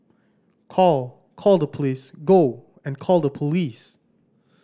call call the police go and call the police